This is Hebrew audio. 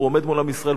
הוא עומד מול עם ישראל,